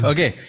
Okay